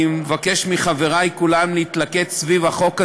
אני מבקש מחברי כולם להתלכד סביב החוק הזה.